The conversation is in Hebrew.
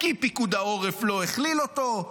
כי פיקוד העורף לא הכליל אותו.